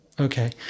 Okay